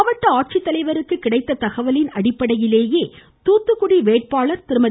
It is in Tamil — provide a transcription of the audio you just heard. மாவட்ட ஆட்சித்தலைவருக்கு கிடைத்த தகவலின் அடிப்படையிலேயே தூத்துக்குடி வேட்பாளர் திருமதி